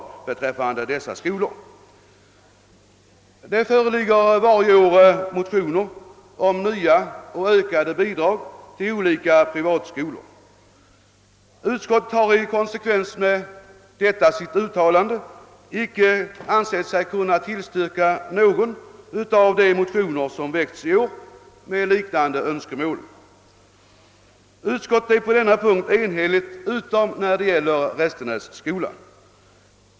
Varje år föreligger motioner om nya och ökade bidrag till olika privatskolor. Statsutskottet har i konsekvens med vad man sålunda uttalat inte ansett sig kunna tillstyrka någon av de i år väckta motionerna med sådana önskemål. På denna punkt är utskottet enhälligt utom beträffande Restenässkolan.